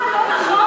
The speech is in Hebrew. אה, לא נכון?